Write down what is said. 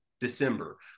December